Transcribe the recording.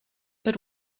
but